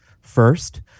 First